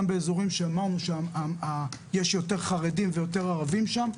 באזורים שאמרנו שיש יותר חרדים ויותר ערבים שם,